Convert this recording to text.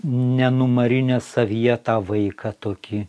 nenumarinę savyje tą vaiką tokį